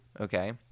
okay